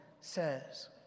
says